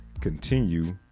continue